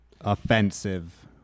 offensive